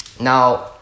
Now